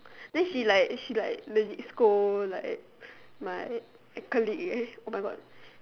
then she like she like legit scold like my colleague eh oh-my-god